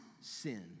sin